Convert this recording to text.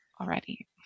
already